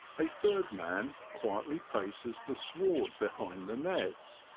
a third man quietly paces the sward behind the nets,